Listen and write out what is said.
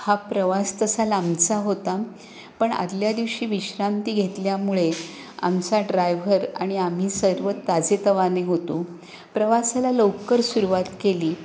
हा प्रवास तसा लांबचा होता पण आधल्या दिवशी विश्रांती घेतल्यामुळे आमचा ड्रायव्हर आणि आम्ही सर्व ताजेतवाने होतो प्रवासाला लवकर सुरुवात केली